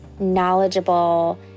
knowledgeable